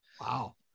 wow